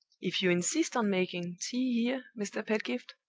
if you insist on making tea here, mr. pedgift,